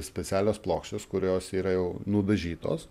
specialios plokštės kurios yra jau nudažytos